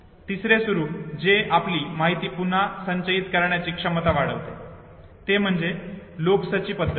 तिसरे स्वरूप जे आपली माहिती पुन्हा संचयित करण्याची क्षमता वाढवते ते म्हणजे लोकसची पद्धत होय